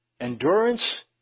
endurance